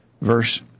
verse